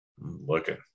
Looking